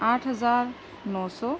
آٹھ ہزار نو سو